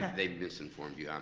they misinformed you,